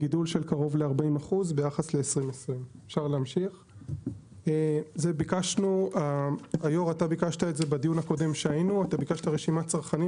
גידול של קרוב ל-40% ביחס לשנת 2020. היושב-ראש ביקש בדיון הקודם רשימת צרכנים,